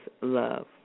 Love